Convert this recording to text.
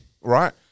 Right